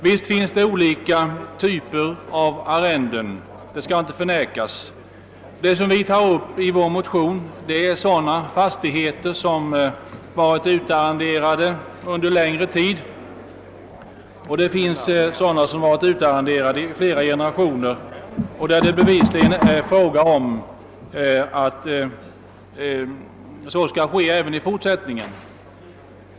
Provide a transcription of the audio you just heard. Visst finns det olika typer av arrenden — det skall inte förnekas. Vad vi tar upp i vår motion är sådana fastigheter som varit utarrenderade under längre tid. Det finns fastigheter som varit utarrenderade i flera generationer och som bevisligen kommer att vara det även i fortsättningen.